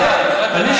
אתה תענה.